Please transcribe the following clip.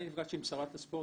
אני נפגשתי עם שרת הספורט,